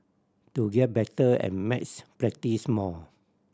to get better at maths practise more